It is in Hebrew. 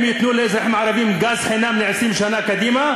הם ייתנו לאזרחים ערבים גז חינם ל-20 שנה קדימה?